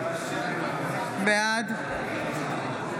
בעד